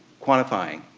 quantifying.